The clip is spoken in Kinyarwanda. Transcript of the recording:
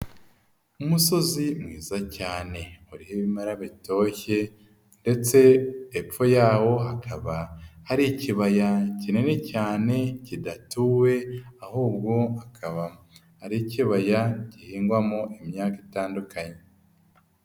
Umusozi mwiza cyane, uriho ibimara bitoshye ndetse hepfo yawo hakaba hari ikibaya kinini cyane kidatuwe ahubwo akaba ari ikibaya gihingwamo imyaka itandukanye.